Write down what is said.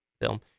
film